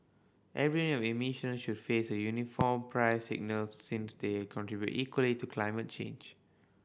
every emissions should face a uniform price signal since they contribute equally to climate change